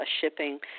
shipping